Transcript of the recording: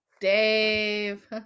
Dave